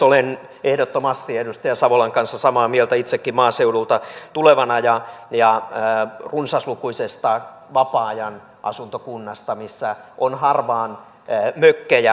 olen ehdottomasti edustaja savolan kanssa samaa mieltä itsekin maaseudulta tulevana kunnasta missä on runsaslukuisesti vapaa ajan asuntoja missä on harvaan mökkejä